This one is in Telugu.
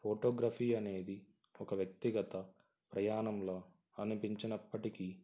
ఫోటోగ్రఫీ అనేది ఒక వ్యక్తిగత ప్రయాణంలా అనిపించినప్పటికీ